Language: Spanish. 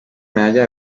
medalla